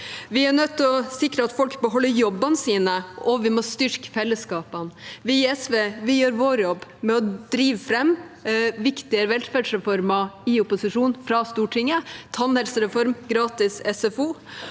Vi er nødt til å sikre at folk beholder jobbene sine, og vi må styrke fellesskapene. Vi i SV gjør vår jobb med å drive fram viktige velferdsreformer i opposisjon fra Stortinget: tannhelsereform og gratis SFO.